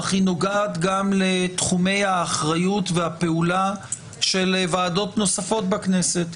אך היא נוגעת גם לתחומי האחריות והפעולה של ועדות נוספות בכנסת,